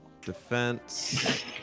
defense